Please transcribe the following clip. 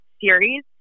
series